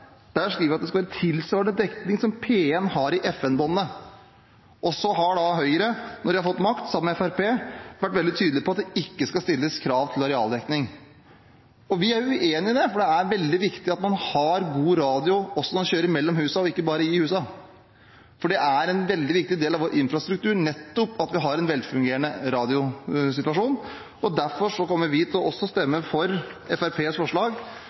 Der skriver vi at det skal være «tilsvarende dekning som P1 har i FM-bandet». Og så har da Høyre, når de har fått makt sammen med Fremskrittspartiet, vært veldig tydelig på at det ikke skal stilles krav til arealdekning. Vi er uenig i det, for det er veldig viktig at man har god radio også når man kjører mellom husene, og ikke bare i husene, for det er en veldig viktig del av vår infrastruktur nettopp at vi har en velfungerende radiosituasjon. Derfor kommer vi også til å stemme for Fremskrittspartiets forslag